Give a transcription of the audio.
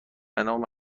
نام